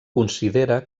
considera